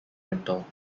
rental